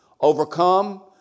overcome